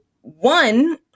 one